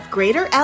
Greater